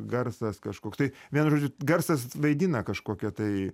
garsas kažkoks tai vienu žodžiu garsas vaidina kažkokią tai